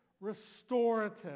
restorative